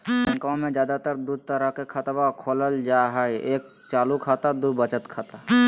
बैंकवा मे ज्यादा तर के दूध तरह के खातवा खोलल जाय हई एक चालू खाता दू वचत खाता